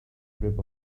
grip